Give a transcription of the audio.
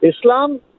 Islam